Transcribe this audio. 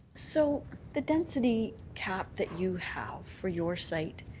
so the density cap that you have for your site,